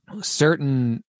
certain